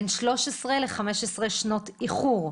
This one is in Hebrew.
בין 13 ל-15 שנות איחור.